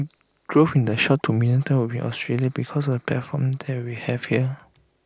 growth in the short to medium term will be in Australia because of the platform that we have here